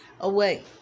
away